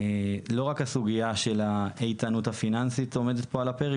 לא רק הסוגיה האיתנות הפיננסית עומדת פה על הפרק,